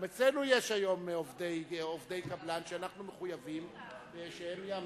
גם אצלנו יש היום עובדי קבלן שאנחנו מחויבים שהם יעמדו,